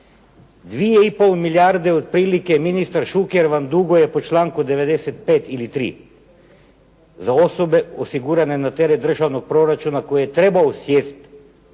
2,5 milijarde otprilike ministar Šuker vam duguje po članku 95. ili 3, za osove osigurane na teret državnog proračuna koje trebaju sjest